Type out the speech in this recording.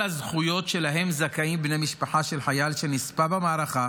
הזכויות שלהן זכאים בני משפחה של חייל שנספה במערכה